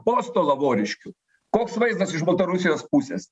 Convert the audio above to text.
posto lavoriškių koks vaizdas iš baltarusijos pusės